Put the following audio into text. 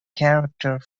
character